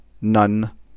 none